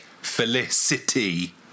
felicity